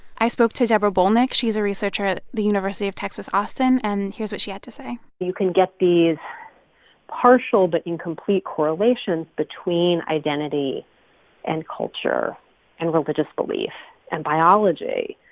i spoke to deborah bolnick. she's a researcher at the university of texas, austin. and here's what she had to say you can get these partial-but-incomplete correlations between identity and culture and religious belief and biology,